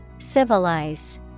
Civilize